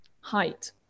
height